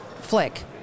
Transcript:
flick